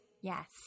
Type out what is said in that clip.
Yes